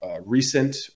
recent